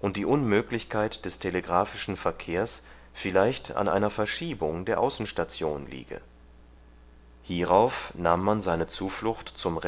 und die unmöglichkeit des telegraphischen verkehrs vielleicht an einer verschiebung der außenstation liege hierauf nahm man seine zuflucht zum